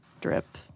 drip